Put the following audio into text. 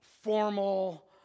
formal